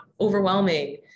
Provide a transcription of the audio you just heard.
overwhelming